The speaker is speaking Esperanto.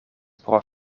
pro